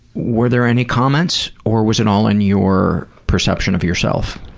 were there any comments, or was it all in your perception of yourself?